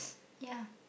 ya